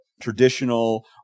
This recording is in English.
traditional